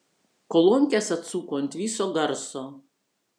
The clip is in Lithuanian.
kolonkes atsuko ant viso garso